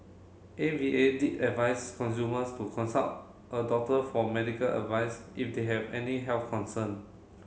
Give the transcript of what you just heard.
A V A did advice consumers to consult a doctor for medical advice if they have any health concern